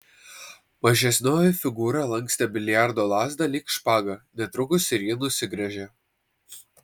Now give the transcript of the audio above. mažesnioji figūra lankstė biliardo lazdą lyg špagą netrukus ir ji nusigręžė